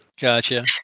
Gotcha